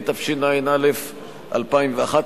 התשע"א 2011,